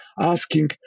asking